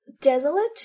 desolate